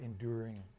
enduring